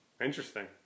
Interesting